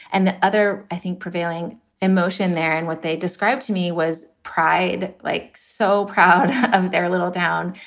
and the other, i think, prevailing emotion there. and what they described to me was pride. like, so proud of their little down.